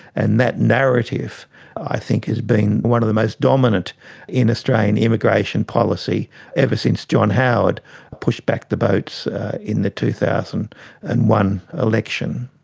and that narrative i think has been one of the most dominant in australian immigration policy ever since john howard pushed back the boats in the two thousand and one election.